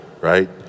right